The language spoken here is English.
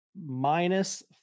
minus